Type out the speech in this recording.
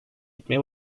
etmeye